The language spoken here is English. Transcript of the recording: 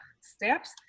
steps